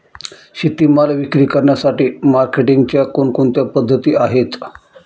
शेतीमाल विक्री करण्यासाठी मार्केटिंगच्या कोणकोणत्या पद्धती आहेत?